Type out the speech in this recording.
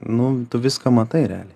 nu tu viską matai realiai